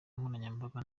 nkoranyambaga